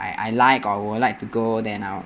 I I like or would like to go then I will